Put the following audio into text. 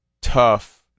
tough